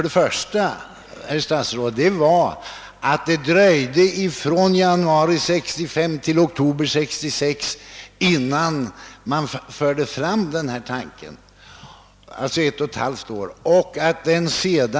Den största överraskningen var att det dröjde från januari 1965 till oktober 1966, d.v.s. mer än ett och ett halvt år, innan denna tanke framfördes.